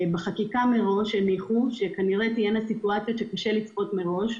בחקיקה הניחו מראש שכנראה תהיינה סיטואציות שיהיה קשה לצפות מראש,